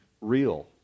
real